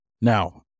Now